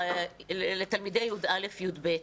לתלמידי י"א-י"ב.